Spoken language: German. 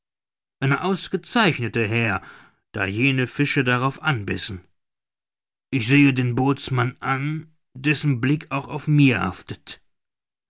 eine ausgezeichnete herr da jene fische darauf anbissen ich sehe den bootsmann an dessen blick auch auf mir haftet